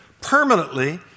permanently